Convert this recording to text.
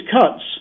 cuts